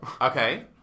okay